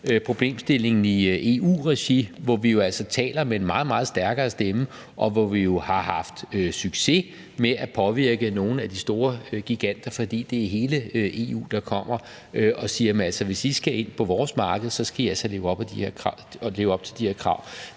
problemstillingen i EU-regi, hvor vi jo altså taler med en meget, meget stærkere stemme, og hvor vi har haft succes med at påvirke nogle af de store giganter, fordi det er hele EU, der kommer og siger: Hvis I skal ind på vores marked, skal I altså leve op til de her krav.